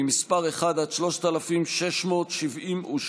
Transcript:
למרות שראש הממשלה מוביל אותנו לשם וכל